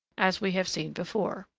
as we have seen before.